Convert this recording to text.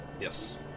Yes